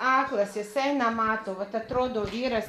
aklas jisai nemato vat atrodo vyras